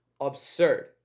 absurd